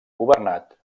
governat